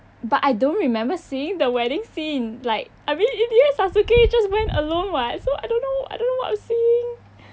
but I don't remember seeing the wedding scene like I mean in the end sasuke just went alone [what] so I don't know I don't know what I was seeing